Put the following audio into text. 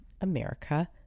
America